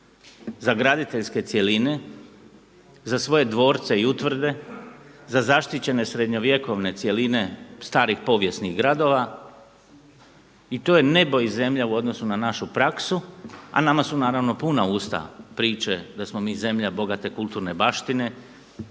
za graditeljske cjeline, za svoje dvorce i utvrde za zaštićene srednjovjekovne cjeline starih povijesnih gradova i to je nebo i zemlja u odnosu na našu praksu, a nam su naravno puna usta priče da smo mi zemlja bogate kulturne baštine,